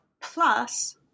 plus